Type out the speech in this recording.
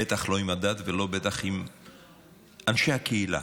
בטח לא נגד הדת ובטח לא נגד אנשי הקהילה.